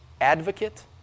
Advocate